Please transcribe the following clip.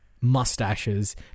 mustaches